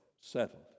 settled